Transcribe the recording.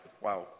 wow